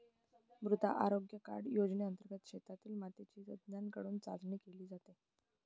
मृदा आरोग्य कार्ड योजनेंतर्गत शेतातील मातीची तज्ज्ञांकडून चाचणी केली जाते